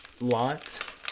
lot